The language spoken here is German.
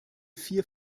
vier